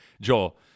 Joel